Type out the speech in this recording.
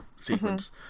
sequence